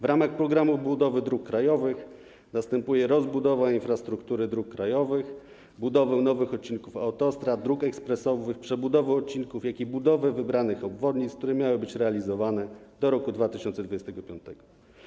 W ramach programu budowy dróg krajowych następuje rozbudowa infrastruktury dróg krajowych, budowa nowych odcinków autostrad, dróg ekspresowych, przebudowa odcinków, jak również budowa wybranych obwodnic, które miały być realizowane do roku 2025.